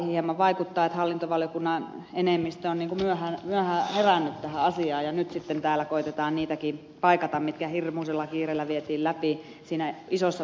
hieman vaikuttaa että hallintovaliokunnan enemmistö on niin kuin myöhään herännyt tähän asiaan ja nyt sitten täällä koetetaan niitäkin paikata mitkä hirmuisella kiireellä vietiin läpi siinä isossa paketissa